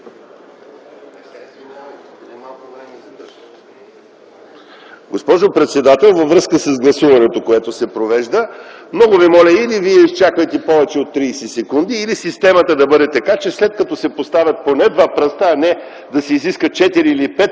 Госпожо председател, във връзка с гласуването, което се провежда, много Ви моля, или изчаквайте повече от 30 сек., или системата да бъде направена така, че след като се поставят поне два пръста, съответно народният